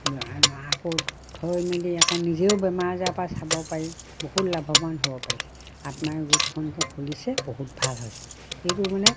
আকৌ থৈ মেলি আকৌ নিজেও বেমাৰ আজাৰপৰা চাব পাৰি বহুত লাভৱান হ'ব পাৰিছে আত্মসহায়ক গোটখনকে খুলিছে বহুত ভাল হৈছে এইটো মানে